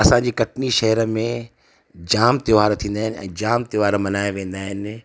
असांजी कटनी शहर में जामु त्योहार थींदा आहिनि ऐं जामु त्योहार मल्हाया वेंदा आहिनि